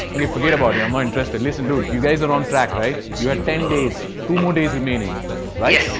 forget about it. i'm more interested. listen dude, you guys are on track, right? you had ten days, two more days remaining right?